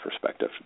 perspective